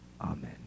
Amen